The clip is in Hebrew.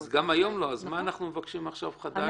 אז מה אנחנו מבקשים עכשיו חדש ביחס למה שהיה?